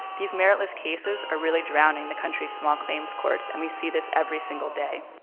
these meritless cases are really drowning the country's small claims courts, and we see this every single day.